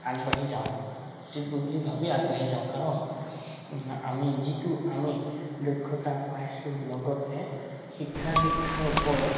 আগবাঢ়ি যাওঁ উচিত বুলি ভাবি আগবাঢ়ি যাওঁ কাৰণ আমি যিটো আমি দক্ষতা পাইছোঁ লগতে শিক্ষা দীক্ষাৰ ওপৰত